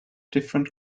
different